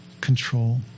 control